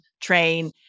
train